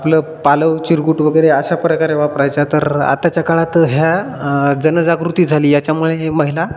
आपलं पालव चिरकुट वगैरे अशा प्रकारे वापरायच्या तर आताच्या काळात ह्या जनजागृती झाली याच्यामुळे महिला